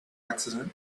accident